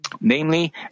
namely